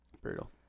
Brutal